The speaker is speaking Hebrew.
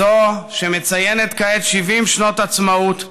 זו שמציינת כעת 70 שנות עצמאות,